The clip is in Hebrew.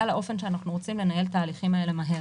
שאנחנו רוצים לנהל את ההליכים האלה מהר,